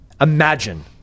Imagine